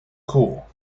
cool